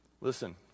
listen